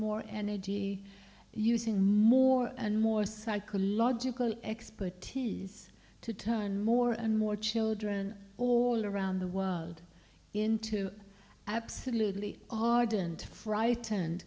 more energy using more and more psychological expertise to turn more and more children all around the world into absolutely ardent frightened